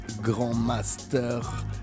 Grandmaster